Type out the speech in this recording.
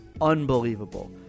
unbelievable